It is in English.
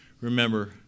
Remember